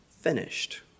finished